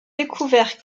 découvert